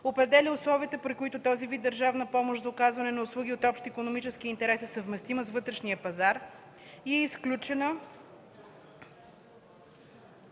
определя условията, при които този вид държавна помощ за оказване на услуги от общ икономически интерес е съвместима с вътрешния пазар и е изключена